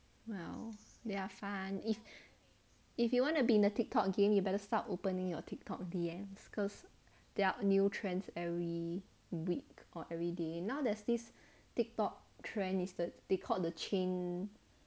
well they are fun if if you want to be in the TikTok game you better start opening your TikTok D_M cause there are new trends every week or every day now there's this TikTok trend is that they called the chain